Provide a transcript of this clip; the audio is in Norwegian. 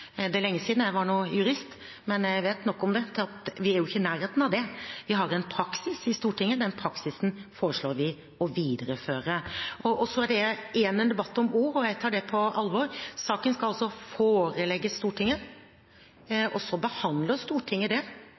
Det er lenge siden jeg var jurist, men jeg vet nok om dette til at vi ikke er i nærheten av det. Vi har en praksis i Stortinget. Den praksisen foreslår vi å videreføre. Så er det også igjen en debatt om ord. Jeg tar det på alvor. Saken skal altså forelegges Stortinget, og så behandler Stortinget den på den måten Stortinget vil. Det